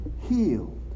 healed